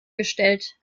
gestellt